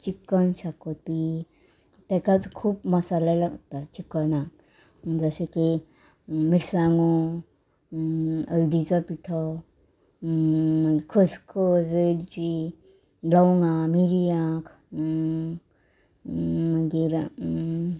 chicken xacuti ताकाच खूब मसाले लागता चिकनाक जशे की मिरसांगो अळदीचो पिठो खसखस वेळची लवंगां मिरयां मागीर